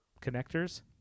connectors